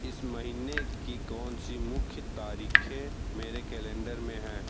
इस महीने की कौनसी मुख्य तारीख़ें मेरे कैलेंडर में हैं